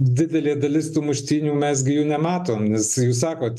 didelė dalis tų muštynių mes gi jų nematom nes jūs sakot